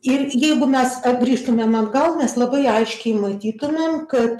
ir jeigu mes grįžtumėm atgal mes labai aiškiai matytumėm kad